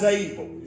able